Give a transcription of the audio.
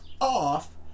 off